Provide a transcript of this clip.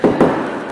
לכם,